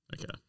Okay